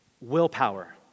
willpower